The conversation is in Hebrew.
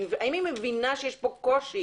האם היא מבינה שיש פה קושי?